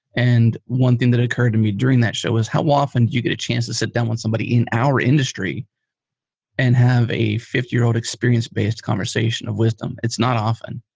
and one thing that occurred to me during that show was how often do you get a chance to sit down with somebody in our industry and have have a fifty year old experience based conversation of wisdom? it's not often.